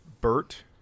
Bert